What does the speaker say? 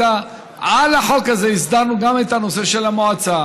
על החוק הזה הסדרנו גם את הנושא של המועצה,